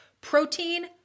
protein